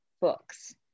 books